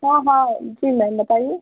हाँ हाँ जी मैम बताइए